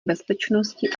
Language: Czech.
bezpečnosti